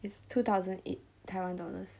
is two thousand eight Taiwan dollars